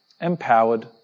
empowered